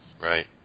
right